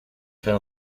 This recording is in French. fait